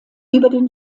den